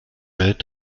welt